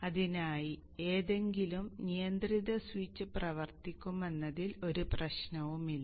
അതിനായി ഏതെങ്കിലും നിയന്ത്രിത സ്വിച്ച് പ്രവർത്തിക്കുമെന്നതിൽ ഒരു പ്രശ്നവുമില്ല